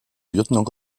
lieutenant